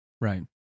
Right